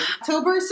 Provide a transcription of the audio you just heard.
October